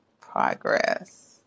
progress